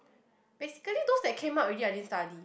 basically those that came out already I didn't study